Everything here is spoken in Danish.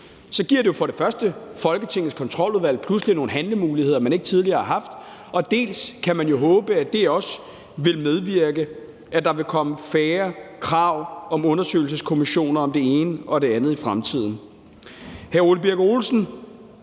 så giver det jo for det første pludselig Folketingets Kontroludvalg nogle handlemuligheder, det ikke tidligere har haft, og for det andet kan man jo håbe, at det også vil medvirke til, at der vil komme færre krav om undersøgelseskommissioner om det ene og det andet i fremtiden. Hr. Ole Birk Olesen